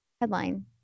headline